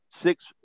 six